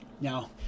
Now